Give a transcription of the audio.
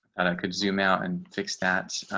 and i could zoom out and fix that.